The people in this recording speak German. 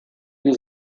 die